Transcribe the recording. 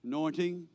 Anointing